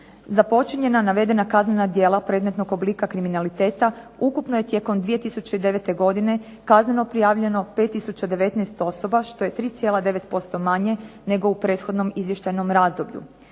Za počinjena navedena kaznena djela predmetnog oblika kriminaliteta ukupno je tijekom 2009. godine kazneno prijavljeno 5019 osoba što je 3,9% manje nego u prethodnom izvještajnom razdoblju.